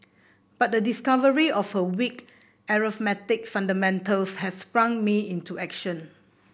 but the discovery of her weak arithmetic fundamentals has sprung me into action